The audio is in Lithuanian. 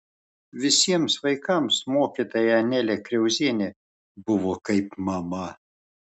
visiems vaikams mokytoja anelė kriauzienė buvo kaip mama